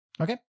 Okay